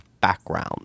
background